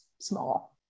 small